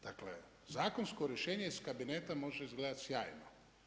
Dakle, zakonsko rješenje s kabineta može izgledati sjajno.